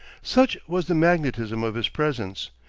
such was the magnetism of his presence,